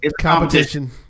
competition